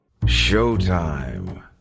Showtime